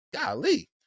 Golly